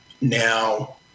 Now